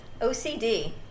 OCD